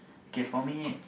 K for me